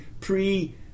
pre